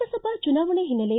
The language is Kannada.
ಲೋಕಸಭಾ ಚುನಾವಣೆ ಹಿನ್ನೆಲೆ